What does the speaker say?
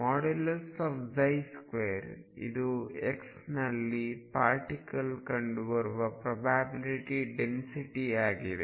2 ಇದು x ನಲ್ಲಿ particle ಕಂಡುಬರುವ ಪ್ರೊಬ್ಯಾಬಿಲ್ಟಿ ಡೆನ್ಸಿಟಿ ಆಗಿದೆ